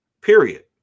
Period